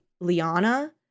Liana